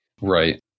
Right